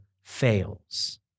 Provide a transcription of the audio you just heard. fails